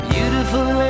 Beautiful